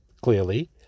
clearly